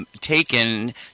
taken